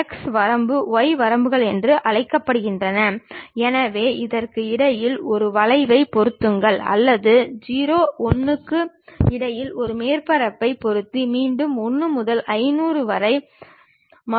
நாம் பயன்படுத்தும் குறியீடுகள் என்னவென்றால் துணை செங்குத்து தளம் எப்போதும் கிடைமட்ட தளத்துடன் 90 டிகிரி கோணத்தில் இருக்கும்